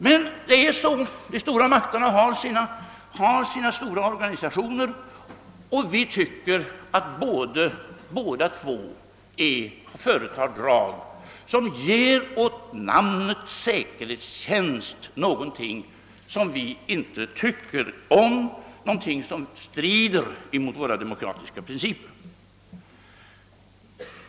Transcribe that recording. Stormakterna har som sagt sina stora säkerhetstjänstorganisationer, och vi tycker att båda två företer drag som åt namnet säkerhetstjänst ger en klang som vi inte tycker om, någonting som strider mot våra demokratiska principer.